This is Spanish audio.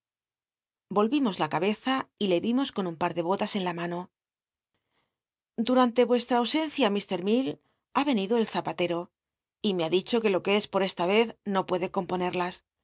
volyimo la cabeza y le vimos con un par de bolas en la mano c dtll'anlc uc ha venido el zapalcro y me ha dicho r u e lo que es por cz no puede com